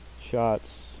shots